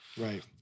Right